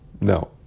No